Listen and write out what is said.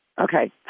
Okay